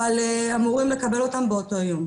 אבל אמורים לקבל אותם באותו יום.